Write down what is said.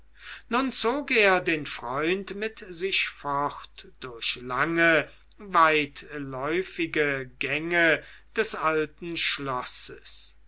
nun zog er den freund mit sich fort durch lange weitläufige gänge des alten schlosses